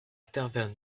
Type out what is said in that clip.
taverne